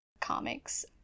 comics